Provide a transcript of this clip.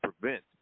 prevent